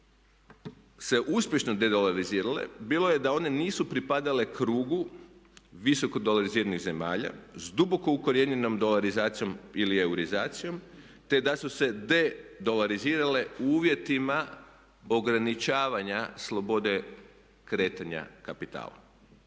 se uspješno dedolarizirale, bilo je da one nisu pripadale krugu visoko dolariziranih zemalja s duboko ukorjenjenom dolarizacijom ili euroizacijom te da su se dedolarizirale u uvjetima ograničavanja slobode kretanja kapitala.